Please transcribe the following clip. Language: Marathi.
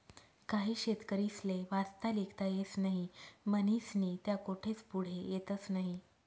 काही शेतकरीस्ले वाचता लिखता येस नही म्हनीस्नी त्या कोठेच पुढे येतस नही